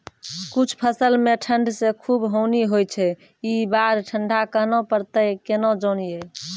कुछ फसल मे ठंड से खूब हानि होय छैय ई बार ठंडा कहना परतै केना जानये?